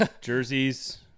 jerseys